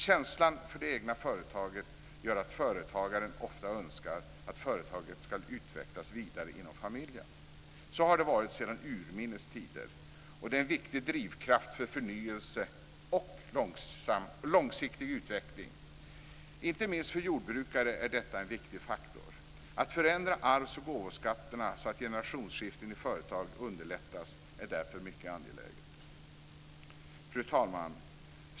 Känslan för det egna företaget gör att företagaren ofta önskar att företaget ska utvecklas vidare inom familjen. Så har det varit sedan urminnes tider, och det är en viktig drivkraft för förnyelse och långsiktig utveckling. Inte minst för jordbrukare är detta en viktig faktor. Att förändra arvs och gåvoskatterna, så att generationsskiften i företag underlättas, är därför mycket angeläget. Fru talman!